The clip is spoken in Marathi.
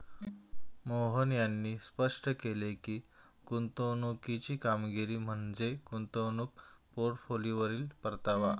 मोहन यांनी स्पष्ट केले की, गुंतवणुकीची कामगिरी म्हणजे गुंतवणूक पोर्टफोलिओवरील परतावा